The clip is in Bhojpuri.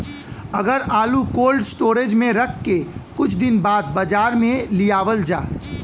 अगर आलू कोल्ड स्टोरेज में रख के कुछ दिन बाद बाजार में लियावल जा?